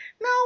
no